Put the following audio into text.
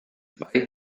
zwei